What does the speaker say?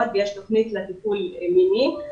ויש תוכנית לטיפול בפגיעות מיניות,